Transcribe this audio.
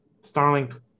Starlink